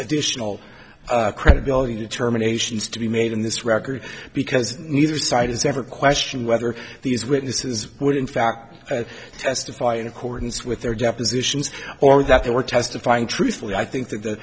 additional credibility determinations to be made in this record because neither side has ever questioned whether these witnesses would in fact testify in accordance with their depositions or that they were testifying truthfully i think that